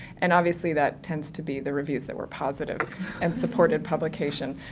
and obviously that tends to be the reviews that were positive and supported publication.